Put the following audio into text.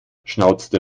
schnauzte